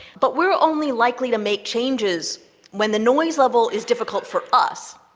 but we are only likely to make changes when the noise level is difficult for us.